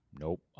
Nope